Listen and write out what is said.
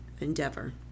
endeavor